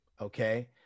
okay